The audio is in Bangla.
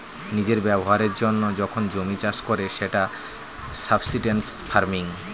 নিজের ব্যবহারের জন্য যখন জমি চাষ করে সেটা সাবসিস্টেন্স ফার্মিং